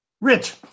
Rich